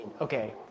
okay